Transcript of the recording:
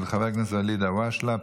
של ואליד אלהואשלה,